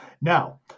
Now